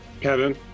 Kevin